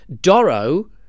Doro